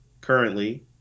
currently